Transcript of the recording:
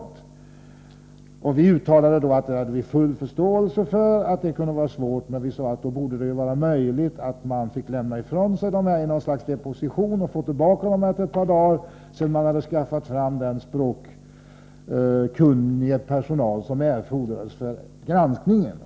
Vi för vår del uttalade att vi hade full förståelse för att det kunde vara svårt, men framhöll att det borde vara möjligt att deponera skrifterna och få tillbaka dem efter några dagar, sedan tullen ordnat med språkkunnig personal för granskningen.